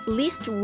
least